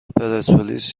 پرسپولیس